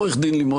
עו"ד לימון,